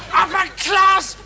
upper-class